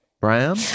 brown